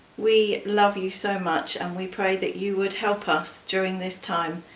we love you so much and we pray that you would help us, during this time,